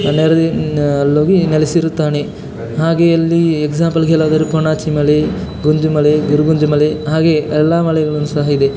ನೆರೆಗಿ ಅಲ್ಲೋಗಿ ನೆಲೆಸಿರುತ್ತಾನೆ ಹಾಗೆ ಅಲ್ಲಿ ಎಕ್ಸಾಂಪಲ್ಲಿಗೆ ಹೇಳೊದಾರೆ ಪೊನ್ನಾಚಿ ಮಲೆ ಗುಂಜಿ ಮಲೆ ಗುರುಗುಂಜಿ ಮಲೆ ಹಾಗೆ ಎಲ್ಲ ಮಲೆಗಳು ಸಹ ಇದೆ